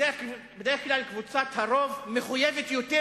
בדרך כלל קבוצת הרוב מחויבת יותר,